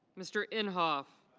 mr. imhoff.